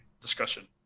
discussion